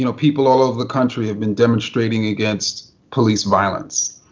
you know people all over the country, have been demonstrating against police violence.